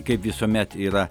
kaip visuomet yra